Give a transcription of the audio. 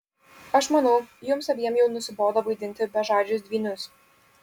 aš manau jums abiem jau nusibodo vaidinti bežadžius dvynius